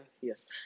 yes